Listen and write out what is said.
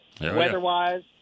Weather-wise